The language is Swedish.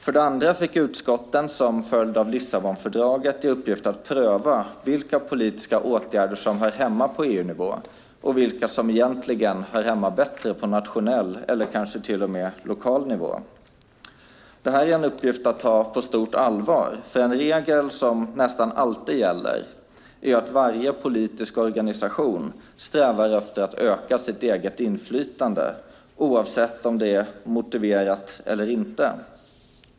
För det andra fick utskotten, som följd av Lissabonfördraget, i uppgift att pröva vilka politiska åtgärder som hör hemma på EU-nivå och vilka som egentligen hör hemma bättre på nationell eller kanske till och med lokal nivå. Det här är en uppgift att ta på stort allvar, för en regel som nästan alltid gäller är att varje politisk organisation strävar efter att öka sitt eget inflytande, oavsett om det är motiverat eller inte.